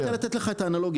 רק לתת לך את האנלוגיה.